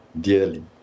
dearly